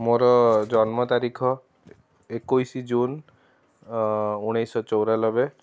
ମୋର ଜନ୍ମ ତାରିଖ ଏକୋଇଶି ଜୁନ୍ ଉଣେଇଶହ ଚୋରାନବେ